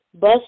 bus